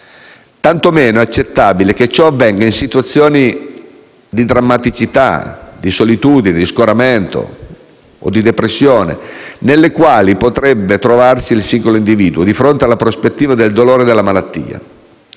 Tanto meno è accettabile che ciò avvenga in situazioni di drammaticità, solitudine, scoramento o depressione nelle quali potrebbe trovarsi il singolo individuo di fronte alla prospettiva del dolore e della malattia.